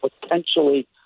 potentially